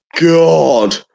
God